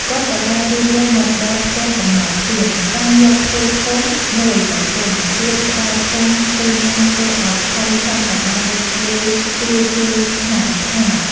គាត់ក៏ដើររូតរះមកដល់ផ្ទះកំណប់ភ្លាម តាំងយកភួយធំមួយមករុំ ជួតក្បាលធំទើងមើងធ្វើឱ្យខូងចំកណ្តាលដូចគេទួលជើងឆ្នាំងផ្ងារ។